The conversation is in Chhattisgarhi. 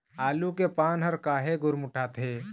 आलू के पान हर काहे गुरमुटाथे?